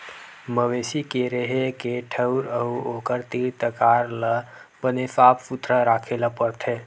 मवेशी के रेहे के ठउर अउ ओखर तीर तखार ल बने साफ सुथरा राखे ल परथे